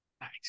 Nice